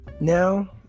now